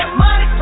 money